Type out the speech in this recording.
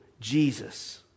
Jesus